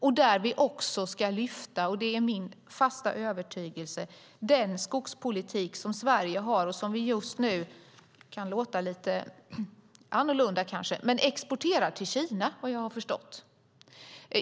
Det är min fasta övertygelse att vi där ska lyfta den skogspolitik som Sverige har och som vi just nu, såvitt jag har förstått, exporterar till Kina.